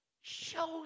shows